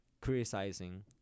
criticizing